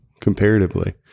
comparatively